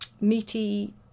meaty